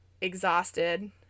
exhausted